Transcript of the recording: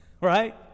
right